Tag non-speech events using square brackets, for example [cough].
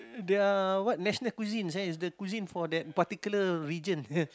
the what national cuisine is the cuisine for that particular region [laughs]